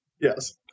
yes